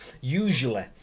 Usually